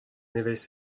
nevez